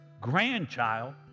grandchild